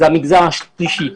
זה המגזר השלישי.